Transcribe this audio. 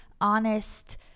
honest